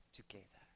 together